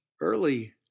early